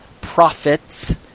prophets